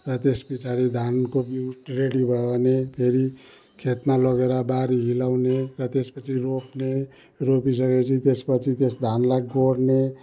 र त्यस पछाडि धानको बिउ रेडी भयो भने फेरि खेतमा लगेर बारी हिल्याउने र त्यसपछि रोप्ने रोपिसकेपछि त्यसपछि त्यस धानलाई गोड्ने